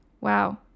Wow